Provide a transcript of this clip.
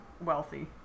wealthy